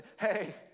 Hey